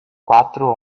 quatro